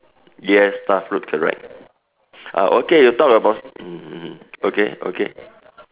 yes starfruit correct uh okay you talk about mm okay okay